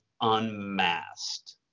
unmasked